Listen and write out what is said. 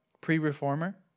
pre-reformer